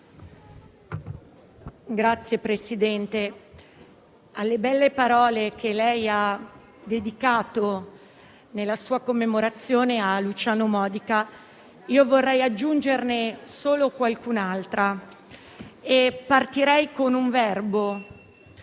Signor Presidente, alle belle parole che lei ha dedicato nella sua commemorazione a Luciano Modica, vorrei aggiungerne solo qualcun'altra. E partirei con un verbo,